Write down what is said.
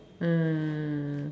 um